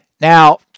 Now